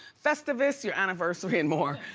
festivus, your anniversary and more.